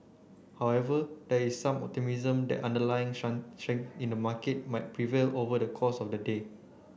however there is some optimism that underlying in the market might prevail over the course of the day